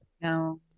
No